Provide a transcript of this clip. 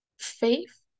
faith